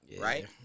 right